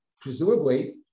presumably